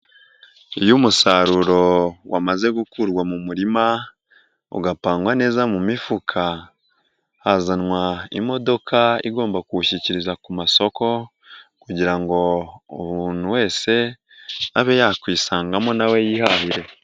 Iyo umusaruro wamaze gukurwa mu murima, ugapangwa neza mu mifuka, hazanwa imodoka igomba kuwushyikiriza ku masoko kugira ngo umuntu wese abe yakwisangamo na we yihahire.